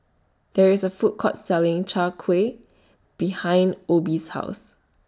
There IS A Food Court Selling Chai Kueh behind Obie's House